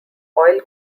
oil